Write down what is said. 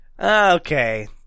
Okay